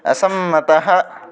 असम्मतः